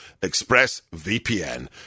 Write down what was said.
ExpressVPN